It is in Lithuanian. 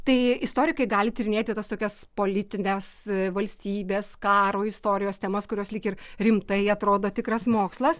tai istorikai gali tyrinėti tas tokias politines valstybės karo istorijos temas kurios lyg ir rimtai atrodo tikras mokslas